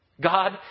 God